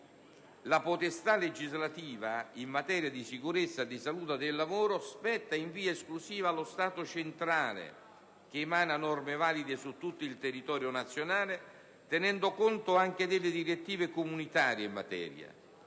la potestà legislativa in materia di sicurezza e di salute sul lavoro spetta in via esclusiva allo Stato centrale, che emana norme valide su tutto il territorio nazionale, tenendo conto anche delle direttive comunitarie in materia.